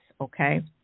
Okay